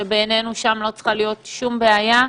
שבעינינו שם לא צריכה להיות שום בעיה,